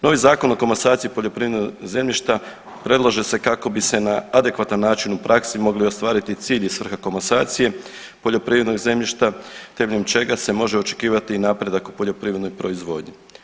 Novi Zakon o komasaciji poljoprivrednog zemljišta predlaže se kako bi se na adekvatan način u praksi mogli ostvariti cilj i svrha komasacije poljoprivrednog zemljišta temeljem čega se može očekivati i napredak u poljoprivrednoj proizvodnji.